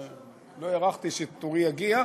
אז לא הערכתי שתורי יגיע.